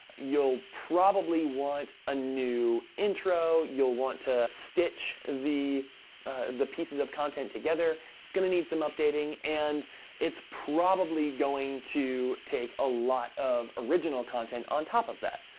you'll probably want a new intro, you'll want to stitch the the pieces of content together, it's gonna need some updating, and it's probably going to take a lot of original content on top of that,